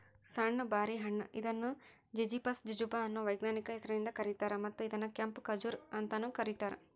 ಸಣ್ಣು ಬಾರಿ ಹಣ್ಣ ಇದನ್ನು ಜಿಝಿಫಸ್ ಜುಜುಬಾ ಅನ್ನೋ ವೈಜ್ಞಾನಿಕ ಹೆಸರಿಂದ ಕರೇತಾರ, ಮತ್ತ ಇದನ್ನ ಕೆಂಪು ಖಜೂರ್ ಅಂತಾನೂ ಕರೇತಾರ